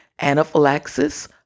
anaphylaxis